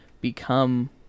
become